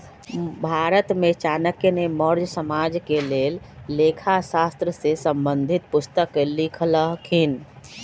भारत में चाणक्य ने मौर्ज साम्राज्य के लेल लेखा शास्त्र से संबंधित पुस्तक लिखलखिन्ह